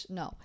no